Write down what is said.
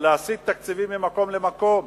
להסיט תקציבים ממקום למקום.